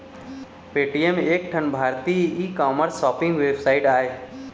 Paytm एक ठन भारतीय ई कामर्स सॉपिंग वेबसाइट आय